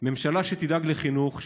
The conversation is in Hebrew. ממשלה שתדאג לחינוך,